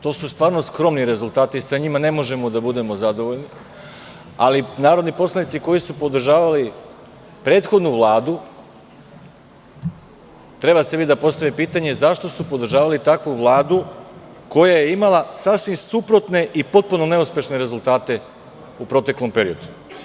To su stvarno skromni rezultati, sa njima ne možemo da budemo zadovoljni, ali narodni poslanici koji su podržavali prethodnu Vladu treba sebi da postave pitanje zašto su podržavali takvu vladu koja je imala sasvim suprotne i potpuno neuspešne rezultate u proteklom periodu.